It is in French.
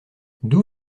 d’où